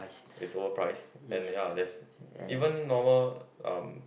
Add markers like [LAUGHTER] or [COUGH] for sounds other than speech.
[BREATH] it's overpriced and ya there's even normal um